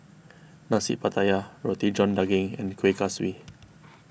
Nasi Pattaya Roti John Daging and Kueh Kaswi